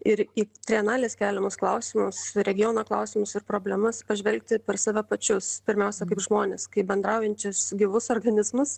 ir į trienalės keliamus klausimus regiono klausimus ir problemas pažvelgti per save pačius pirmiausia kaip žmones kaip bendraujančius gyvus organizmus